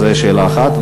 זו שאלה אחת.